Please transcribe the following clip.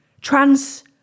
Trans